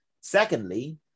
Secondly